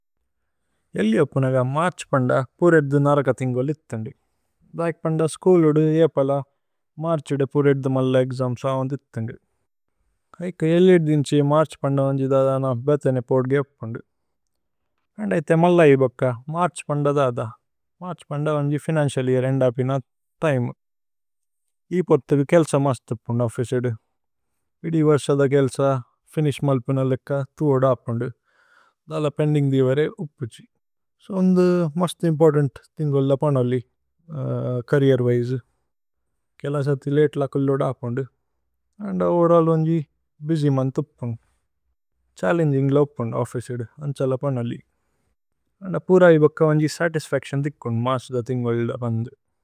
ഏലിഅപ്പുനഗ March പന്ദ പുരേദ്ദു നരക തിന്ഗോല്। ഇത്ഥന്ദു। ദൈക്പന്ദ സ്കൂലുദു ഏപല മര്ഛിദേ। പുരേദ്ദു മല്ല ഏഗ്ജമ്സ ഹോന്ദ് ഇത്ഥന്ദു। ഏഇക്ക। ഏലിഐദ്ദിന്സി മര്ഛ് പന്ദ വന്ജി ദദ ന ബേഥേനേ। പോദ്ഗേപ്പുന്ദു ഓന്ദ ഇഥേ മല്ല ഇബോക്ക മര്ഛ് പന്ദ। ദദ മര്ഛ് പന്ദ വന്ജി ഫിനന്ചിഅല് യേഅര് ഏന്ദപിന। തിമേ ഇപോര്തുകു കേല്സ മസ്തുപുന് ഓഫിസിദു ഇദിവര്സദ। കേല്സ ഫിനിശ്മല്പുനലേക ഥുവോദപുന്ദു ദല। പേന്ദിന്ഗ്ദി വരേ ഉപ്പുഛി ഓന്ദ മുസ്ത് ഇമ്പോര്തന്ത്। തിന്ഗോല് ല പനലി ഛരീര് വിസേ കേലസതി ലതേ ല। കുല്ലോദപുന്ദു ഓന്ദ ഓവേരല്ല് വന്ജി ബുസ്യ് മോന്ഥ്। ഉപ്പുന്ദു ഛ്ഹല്ലേന്ഗിന്ഗ് ല ഉപ്പുന്ദു ഓഫിസിദു അന്ഛ। ല പനലി ഓന്ദ പുര ഇബോക്ക വന്ജി സതിസ്ഫച്തിഓന്। ദിക്കുന്ദു മര്ഛ്ദ തിന്ഗോല് ല പന്ദു।